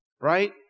right